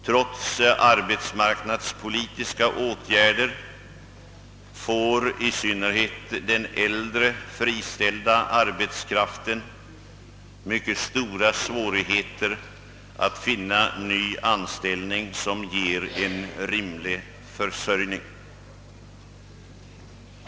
Trots arbetsmarknadspolitiska åtgärder får i synnerhet den äldre friställda arbetskraften stora svårigheter att finna ny anställning, som ger en rimlig försörjning.